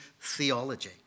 theology